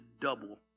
double